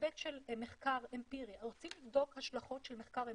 אל"ף-בי"ת של מחקר אמפירי רוצים לבדוק השלכות של מחקר אמפירי,